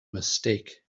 mistake